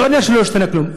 לא עניין שלא השתנה כלום,